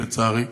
לצערי,